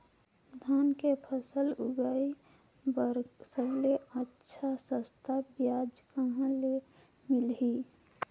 धान के फसल उगाई बार सबले अच्छा सस्ता ब्याज कहा ले मिलही?